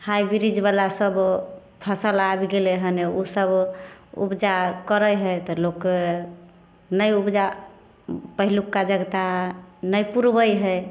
high breed बला सभ फसल आबि गेलै हन ओ सभ उपजा करै हइ तऽ लोक नहि उपजा पहिलुका जकाॅं नहि पुरबै हइ